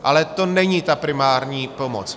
Ale to není ta primární pomoc.